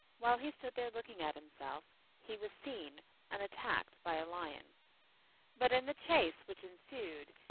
while he stood there looking at himself, he was seen and attacked by a lion but in the chase which ensued,